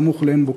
סמוך לעין-בוקק.